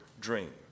dream